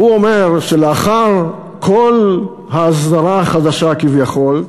והוא אומר שלאחר כל ההסדרה החדשה כביכול,